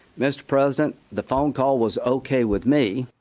mr. president, the phone call was okay with me.